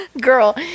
Girl